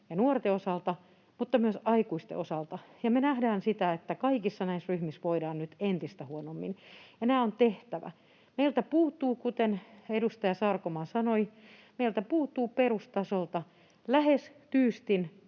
ja nuorten osalta kuin myös aikuisten osalta. Me nähdään sitä, että kaikissa näissä ryhmissä voidaan nyt entistä huonommin, ja nämä on tehtävä. Meiltä puuttuu, kuten edustaja Sarkomaa sanoi, perustasolta lähes tyystin